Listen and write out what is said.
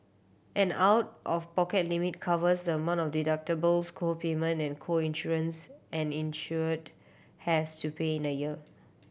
an out of pocket limit covers the amount of deductibles co payment and co insurance an insured has to pay in a year